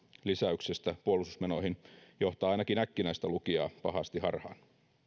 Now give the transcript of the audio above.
lisäyksestä puolustusmenoihin johtaa ainakin äkkinäistä lukijaa pahasti harhaan